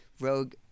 Rogue